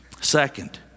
Second